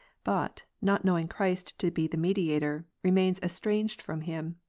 but, not knowing christ to be the mediator, remains estranged from him